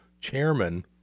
chairman